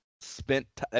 spent